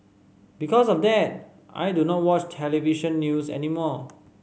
because of that I do not watch television news anymore